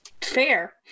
Fair